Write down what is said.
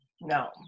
No